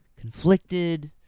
conflicted